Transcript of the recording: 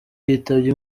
yitabye